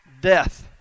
death